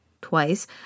twice